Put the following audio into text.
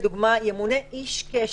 לדוגמה ימונה איש קשר,